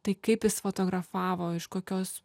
tai kaip jis fotografavo iš kokios